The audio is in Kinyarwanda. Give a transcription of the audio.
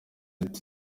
ati